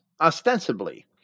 ostensibly